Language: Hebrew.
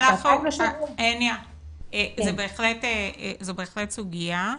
זו בהחלט סוגיה.